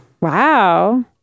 Wow